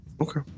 okay